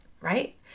right